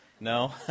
No